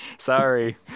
sorry